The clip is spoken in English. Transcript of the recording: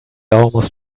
almost